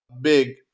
big